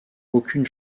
aucune